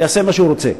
יעשה מה שהוא רוצה.